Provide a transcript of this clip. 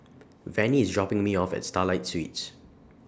Vannie IS dropping Me off At Starlight Suites